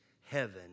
heaven